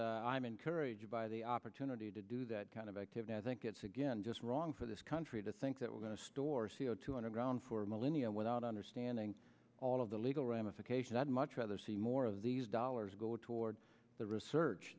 is i'm encouraged by the opportunity to do that kind of activity i think it's again just wrong for this country to think that we're going to store c o two hundred ground for millennia without understanding all of the legal ramifications i'd much rather see more of these dollars go toward the research